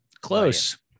Close